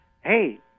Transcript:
hey